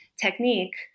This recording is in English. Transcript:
technique